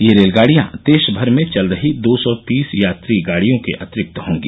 ये रेलगाडियां देशभर में चल रही दो सौ तीस यात्री गाडियों के अतिरिक्त होंगी